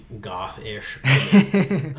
goth-ish